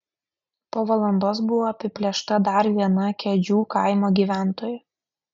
po valandos buvo apiplėšta dar viena keidžių kaimo gyventoja